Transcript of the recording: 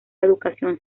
educación